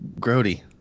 grody